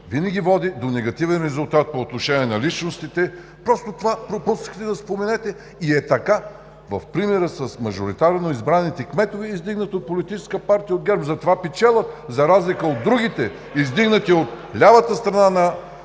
винаги води до негативен резултат по отношение на личностите. Това просто пропускате да споменете и е така. В примера с мажоритарно избраните кметове, издигнати от Политическа партия ГЕРБ, затова печелят, за разлика от другите представители, издигнати от лявата страна на